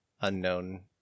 unknown